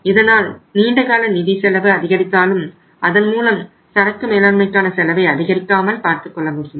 இதனால் நீண்ட கால நிதி செலவு அதிகரித்தாலும் அதன்மூலம் சரக்கு மேலாண்மைக்கான செலவை அதிகரிக்காமல் பார்த்துக்கொள்ள முடியும்